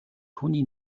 түүний